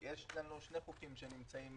יש לנו שני חוקים שנמצאים